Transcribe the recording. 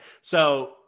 So-